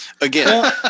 again